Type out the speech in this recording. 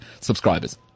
subscribers